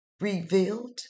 revealed